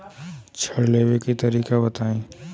ऋण लेवे के तरीका बताई?